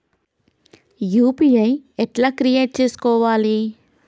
UPI ఎట్లా create చేసుకోవాలి?